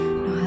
no